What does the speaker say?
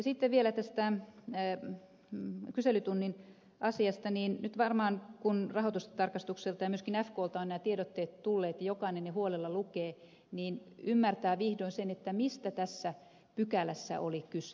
sitten vielä tästä kyselytunnin asiasta niin nyt varmaan kun rahoitustarkastukselta ja myöskin fklta ovat nämä tiedotteet tulleet ja jokainen ne huolella lukee niin ymmärtää vihdoin sen mistä tässä pykälässä oli kyse